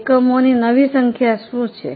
એકમોની નવી સંખ્યા શું છે